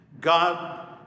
God